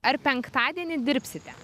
ar penktadienį dirbsite